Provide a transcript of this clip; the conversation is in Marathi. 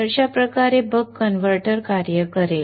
अशा प्रकारे बक कन्व्हर्टर कार्य करेल